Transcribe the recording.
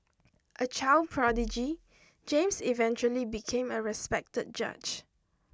a child prodigy James eventually became a respected judge